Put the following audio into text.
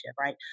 right